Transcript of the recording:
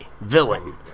villain